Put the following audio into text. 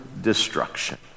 destruction